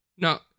No